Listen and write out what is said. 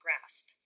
grasp